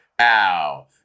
Ow